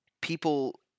people